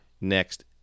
next